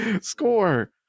Score